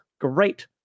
great